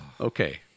Okay